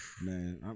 man